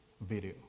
video